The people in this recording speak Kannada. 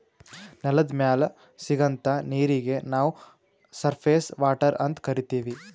ನೆಲದ್ ಮ್ಯಾಲ್ ಸಿಗಂಥಾ ನೀರೀಗಿ ನಾವ್ ಸರ್ಫೇಸ್ ವಾಟರ್ ಅಂತ್ ಕರೀತೀವಿ